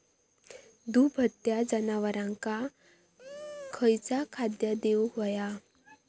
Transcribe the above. दुभत्या जनावरांका खयचा खाद्य देऊक व्हया?